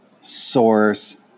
source